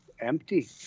Empty